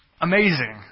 Amazing